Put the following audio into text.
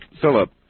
Philip